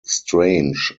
strange